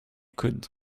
could